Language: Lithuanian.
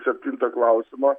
septinto klausimo